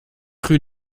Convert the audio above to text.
rue